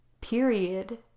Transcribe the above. period